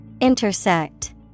Intersect